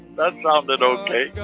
that sounded ok